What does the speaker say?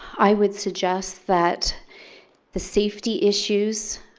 i would suggest that the safety issues